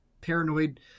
paranoid